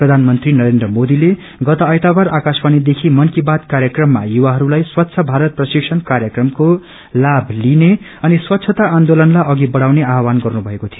प्रधानमंत्री नरेन्द्र मोदीले गत आइतबार आक्रशवाणीदखि मनकी बात कार्यक्रममा युवाहस्ताई स्वच्छ भारत प्रतिशब कार्यक्रमको लाभ लिने अनि स्वच्छता आन्दोलनलाई अघि बढ़ाउने आव्हान गर्नुभएको थियो